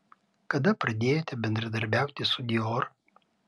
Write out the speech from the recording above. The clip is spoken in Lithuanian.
kada pradėjote bendradarbiauti su dior